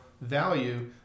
value